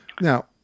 Now